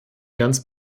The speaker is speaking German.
ganz